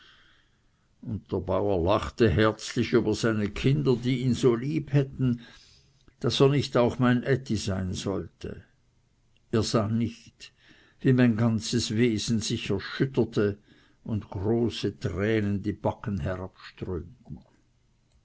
und der bauer lachte herzlich über seine kinder die ihn so lieb hätten daß er nicht auch mein ätti sein sollte er sah nicht wie mein ganzes wesen sich erschütterte und große tränen die backen